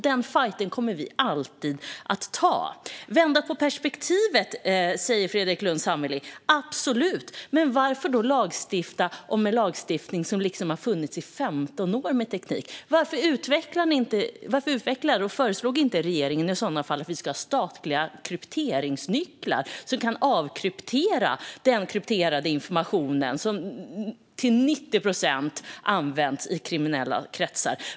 Den fajten kommer vi alltid att ta. Vända på perspektivet, säger Fredrik Lundh Sammeli. Absolut, men varför då lagstifta om en teknik som har funnits i 15 år? Varför utvecklade inte regeringen i så fall detta och föreslog att vi ska ha statliga krypteringsnycklar så att vi kan avkryptera den krypterade information som till 90 procent används i kriminella kretsar?